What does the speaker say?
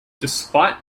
despite